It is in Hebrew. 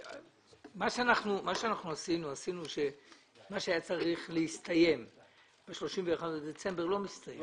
מה שהיה צריך להסתיים ב-31 בדצמבר לא מסתיים,